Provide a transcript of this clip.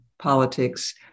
politics